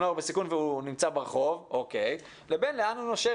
נוער בסיכון והוא נמצא ברחוב' לבין לאן הוא נושר,